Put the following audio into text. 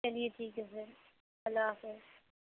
چلیے ٹھیک ہے پھر اللہ حافظ